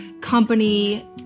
company